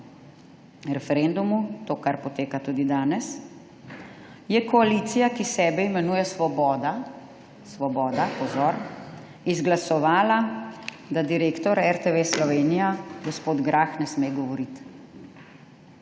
referendumu, to, kar poteka tudi danes, je koalicija, ki sebe imenuje Svoboda – svoboda, pozor – izglasovala, da direktor RTV Slovenija gospod Grah, ne sme govoriti.